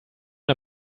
der